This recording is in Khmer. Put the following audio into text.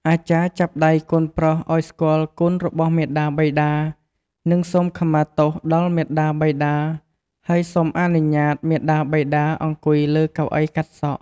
អាចារ្យចាប់ដៃកូនប្រុសឲ្យស្គាល់គុណរបស់មាតាបិតា និងសូមខមាទោសដល់មាតាបិតា ហើយសុំអនុញ្ញាតមាតាបិតា អង្គុយលើកៅអីកាត់សក់។